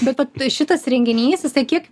bet tap šitas renginys jisai kiek